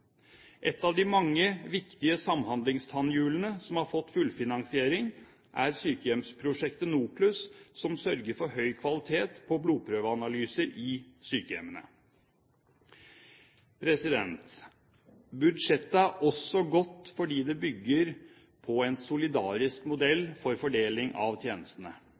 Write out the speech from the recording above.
Et av de mange viktige samhandlingstannhjulene som har fått fullfinansiering, er sykehjemsprosjektet NOKLUS, som sørger for høy kvalitet på blodprøveanalyser i sykehjemmene. Budsjettet er også godt fordi det bygger på en solidarisk modell for fordeling av tjenestene.